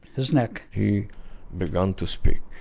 his neck he began to speak.